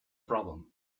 problem